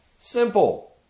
Simple